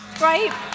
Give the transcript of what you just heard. right